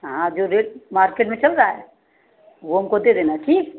हाँ जो rate market में चल रहा है वह हमको दे देना ठीक